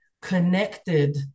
connected